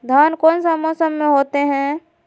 धान कौन सा मौसम में होते है?